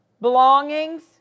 belongings